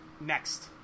next